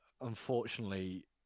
unfortunately